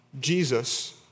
Jesus